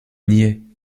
niais